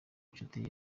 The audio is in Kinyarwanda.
inshuti